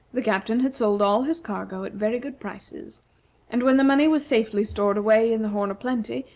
the captain had sold all his cargo at very good prices and when the money was safely stored away in the horn o' plenty,